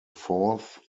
fourth